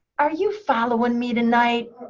are you following me tonight?